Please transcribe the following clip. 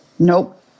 Nope